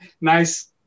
nice